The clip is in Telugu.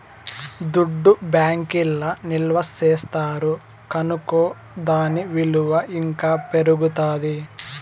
దుడ్డు బ్యాంకీల్ల నిల్వ చేస్తారు కనుకో దాని ఇలువ ఇంకా పెరుగుతాది